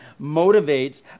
motivates